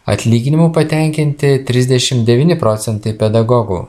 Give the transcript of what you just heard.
atlyginimu patenkinti trisdešim devyni procentai pedagogų